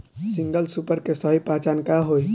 Single super के सही पहचान का हई?